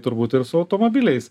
turbūt ir su automobiliais